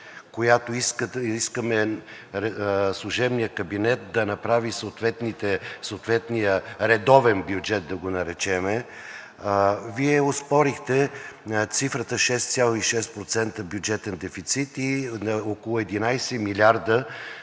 която искаме служебният кабинет да направи съответния редовен бюджет да го наречем, Вие оспорихте цифрата 6,6% бюджетен дефицит и около 11 милиарда